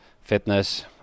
fitness